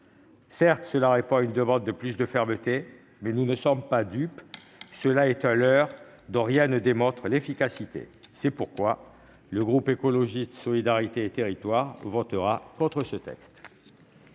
Certes, cela répond à une demande de fermeté accrue, mais nous ne sommes pas dupes : il s'agit d'un leurre dont rien ne démontre l'efficacité. C'est pourquoi le groupe Écologiste - Solidarité et Territoires votera contre ce texte.